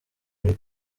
muri